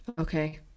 Okay